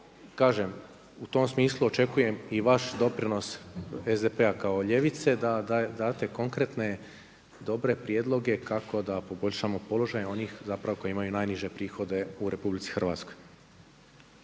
kažem u tom smislu očekujem i vaš doprinos SDP-a kao ljevice da date konkretne dobre prijedloge kako da poboljšamo položaj onih koji imaju najniže prihode u RH.